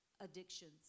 Addictions